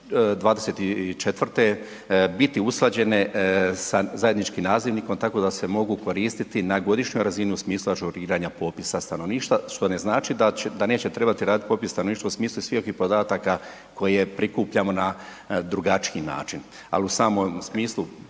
2024. biti usklađene sa zajedničkim nazivnikom tako da se mogu koristiti na godišnjoj razini u smislu ažuriranja popisa stanovništva što ne znači da neće trebati raditi popis stanovništva u smislu .../Govornik se ne razumije./... podataka koje prikupljamo na drugačiji način ali u samom smislu